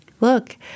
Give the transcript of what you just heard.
look